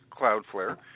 Cloudflare